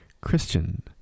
Christian